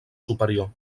superior